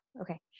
okay